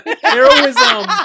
Heroism